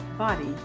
body